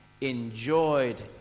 Enjoyed